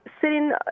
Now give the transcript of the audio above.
sitting